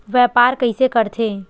व्यापार कइसे करथे?